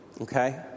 Okay